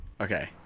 Okay